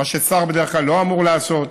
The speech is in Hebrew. מה ששר בדרך כלל לא אמור לעשות.